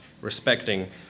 respecting